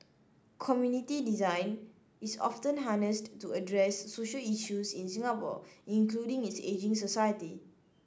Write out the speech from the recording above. community design is often harnessed to address social issues in Singapore including its ageing society